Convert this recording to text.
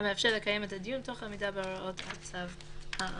המאפשר לקיים את הדיון תוך עמידה בהוראות הצו האמור.